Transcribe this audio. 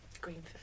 Greenford